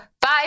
bye